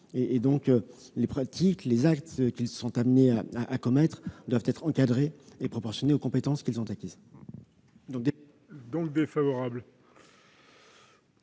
Les pratiques et les actes qu'ils sont appelés à commettre doivent être encadrés et proportionnés aux compétences qu'ils ont acquises. L'avis est défavorable.